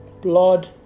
Blood